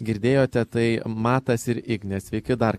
girdėjote tai matas ir ignė sveiki dar